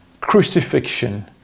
Crucifixion